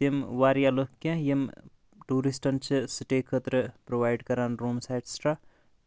تِم واریاہ لُکھ کیٚنٛہہ یِم ٹورِسٹٹَن چھِ سٹے خٲطرٕ پرووایڈ کَران روٗمٕز ایٚٹسٹرا